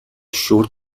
شرت